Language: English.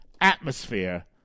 atmosphere